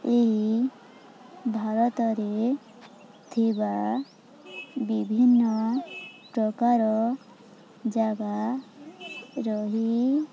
ଏହି ଭାରତରେ ଥିବା ବିଭିନ୍ନ ପ୍ରକାର ଜାଗା ରହି